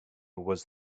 was